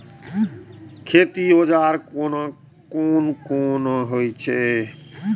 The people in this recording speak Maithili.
खेती औजार कोन कोन होई छै?